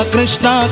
Krishna